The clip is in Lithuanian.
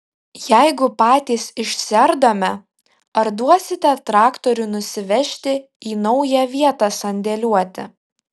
jeigu patys išsiardome ar duosite traktorių nusivežti į naują vietą sandėliuoti